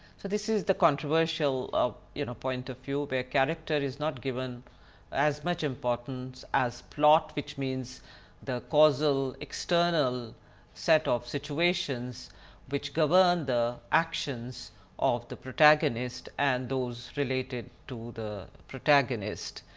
so this is the controversial you know point of view where character is not given as much importance as plot which means the causal external set of situations which govern the actions of the protagonist and those related to the protagonist.